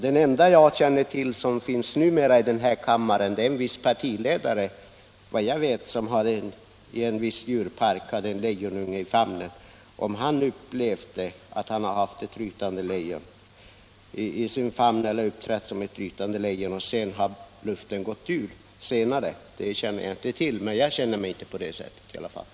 Den ende som jag känner till i den här kammaren som haft samband med ett lejon är en viss partiledare, som i en djurpark fotograferats med en lejonunge i famnen. Jag vet inte om denna händelse inspirerat fru Berglund att i sitt inlägg göra jämförelsen med ett rytande lejon.